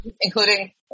including